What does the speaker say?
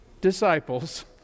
disciples